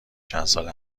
چندسال